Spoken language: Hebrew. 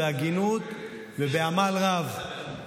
בהגינות ובעמל רב,